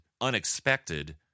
unexpected